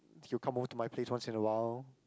you come over to my place once a while